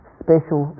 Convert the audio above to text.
special